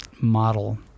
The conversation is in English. model